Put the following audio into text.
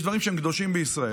יש דברים שהם קדושים בישראל,